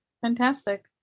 Fantastic